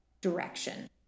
direction